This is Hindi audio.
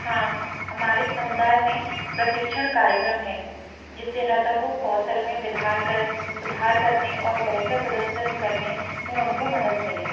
हाँ हमारे समुदाय में प्रशिक्षण कार्यक्रम है जिससे न्वेता को कौशल में विधार कर सुधार करने और बेहतर प्रदर्शन करने में उनको मदद मिले